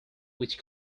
which